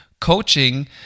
coaching